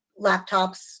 laptops